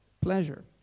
pleasure